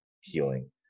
healing